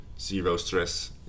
zero-stress